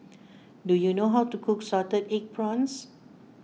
do you know how to cook Salted Egg Prawns